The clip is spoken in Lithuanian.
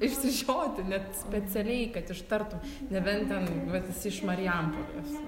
išsižioti net specialiai kad ištartum nebent ten esi iš marijampolės